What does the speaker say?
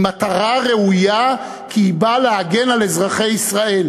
היא מטרה ראויה כי היא באה להגן על אזרחי ישראל,